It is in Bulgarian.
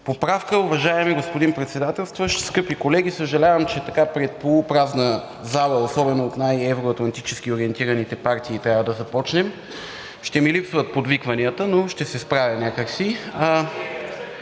поправка. Уважаеми господин Председателстващ, скъпи колеги! Съжалявам, че така пред полупразна зала, особено от най евро-атлантически ориентираните партии трябва да започнем. Ще ми липсват подвикванията, но ще се справя някак си.